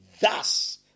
Thus